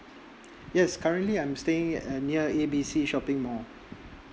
yes currently I'm staying uh near the A B C shopping mall